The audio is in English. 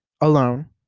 alone